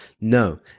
No